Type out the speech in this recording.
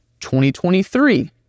2023